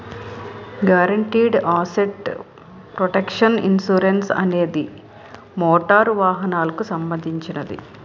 guaranteed asset protection insurance అనేది motor వాహనాలకు సంబంధించినది